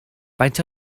faint